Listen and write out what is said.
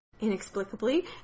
inexplicably